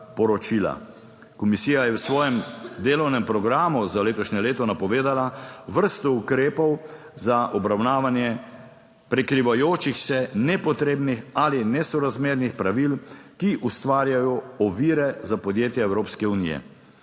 Komisija je v svojem delovnem programu za letošnje leto napovedala vrsto ukrepov za obravnavanje prekrivajočih se, nepotrebnih ali nesorazmernih pravil, ki ustvarjajo ovire za podjetja Evropske unije.